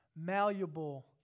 malleable